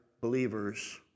believers